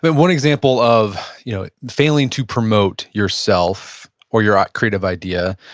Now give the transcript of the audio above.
but one example of you know failing to promote yourself, or your creative idea,